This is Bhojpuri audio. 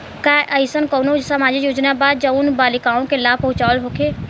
का एइसन कौनो सामाजिक योजना बा जउन बालिकाओं के लाभ पहुँचावत होखे?